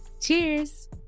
Cheers